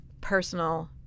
personal